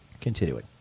Continuing